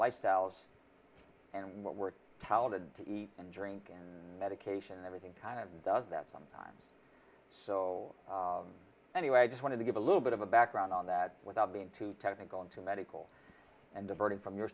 lifestyles and what we're told and eat and drink and medication and everything kind of does that sometimes so anyway i just wanted to give a little bit of a background on that without being too technical into medical and diverting from your